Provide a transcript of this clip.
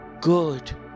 good